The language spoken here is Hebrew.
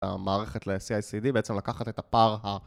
המערכת ל-CICD בעצם לוקחת את הפער ה...